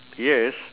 yes